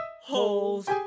holes